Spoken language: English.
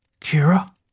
Kira